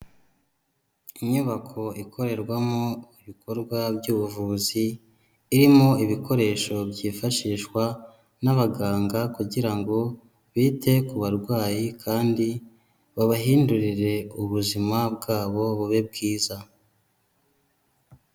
Inyubako ikorerwamo ibikorwa by'ubuvuzi irimo ibikoresho byifashishwa n'abaganga, kugira ngo bite ku barwayi kandi babahindurire ubuzima bwabo bube bwiza.